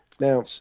Now